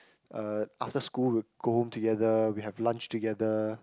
uh after school we go home together we have lunch together